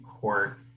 Court